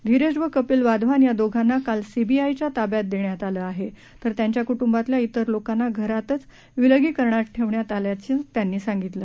धीरज व कपिल वाधवान या दोघांना काल सीबीआयच्या ताब्यात दर्घ्यात आलं आहातेर त्यांच्या कुटुंबातल्या इतर लोकांना घरातच विलगीकरणात ठेक्षियात आल्याचं त्यांनी सांगितलं